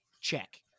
check